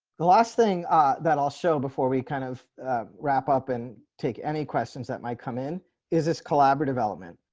the last thing ah that i'll show before we kind of wrap up and take any questions that might come in is this collaborative element.